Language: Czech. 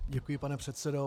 Děkuji, pane předsedo.